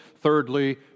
Thirdly